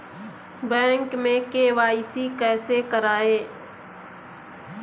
Bank में KYC कैसे करायें?